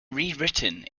rewritten